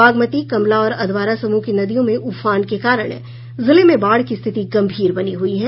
बागमती कमला और अधवारा समूह की नदियों में उफान के कारण जिले में बाढ़ की रिथति गंभीर बनी हुई है